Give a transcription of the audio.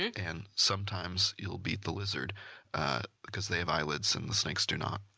and, sometimes you'll beat the lizard because they have eyelids and the snakes do not.